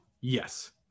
Yes